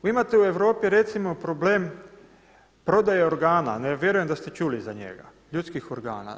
Vi imate u Europi recimo problem prodaje organa, vjerujem da ste čuli za njega, ljudskih organa.